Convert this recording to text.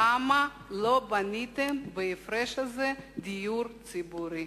למה לא בניתם בהפרש הזה דיור ציבורי?